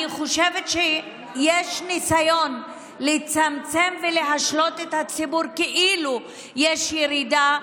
אני חושבת שיש ניסיון לצמצם ולהשלות את הציבור שיש ירידה,